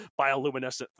bioluminescent